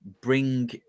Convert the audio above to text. bring